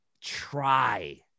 try